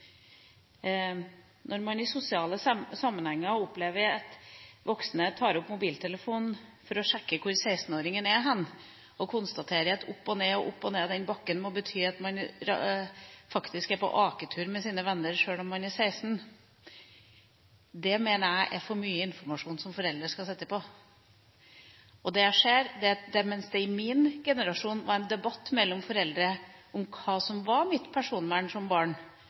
Når man i sosiale sammenhenger opplever at voksne tar opp mobiltelefonen for å sjekke hvor 16-åringen er, og konstaterer at opp og ned og opp og ned av den bakken må bety at 16-åringen faktisk er på aketur med sine venner, sjøl om man er 16 år, mener jeg det er for mye informasjon som foreldre skal sitte på, og det skjer. Mens foreldre i min generasjon hadde en debatt om hva som var mitt personvern som barn,